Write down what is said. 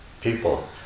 people